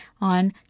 on